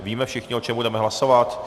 Víme všichni, o čem budeme hlasovat?